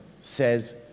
says